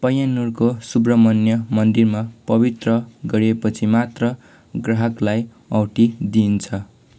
पय्यान्नुरको सुब्रमण्य मन्दिरमा पवित्र गरिएपछि मात्र ग्राहकलाई औँठी दिइन्छ